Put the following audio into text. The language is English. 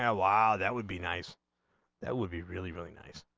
ah law that would be nice that would be really really nice.